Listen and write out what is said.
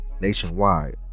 nationwide